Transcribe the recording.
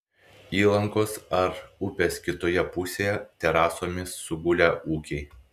įlankos ar upės kitoje pusėje terasomis sugulę ūkiai